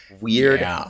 weird